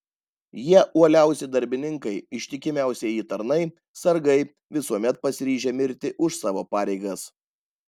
jie uoliausi darbininkai ištikimiausieji tarnai sargai visuomet pasiryžę mirti už savo pareigas